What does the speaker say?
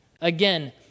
Again